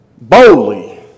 boldly